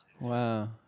Wow